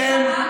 תתבייש לך.